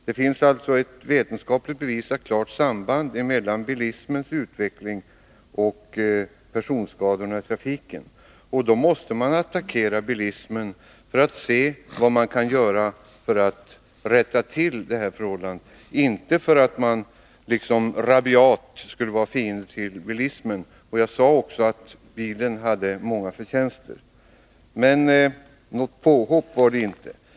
Det finns alltså ett vetenskapligt bevisat, klart samband mellan bilismens utveckling och personskadorna i trafiken. Då måste man attackera bilismen, för att se vad man kan göra för att rätta till förhållandet —- inte därför att man skulle vara en rabiat fiende till bilismen. Jag sade också att bilen har många förtjänster. Något påhopp var det alltså inte.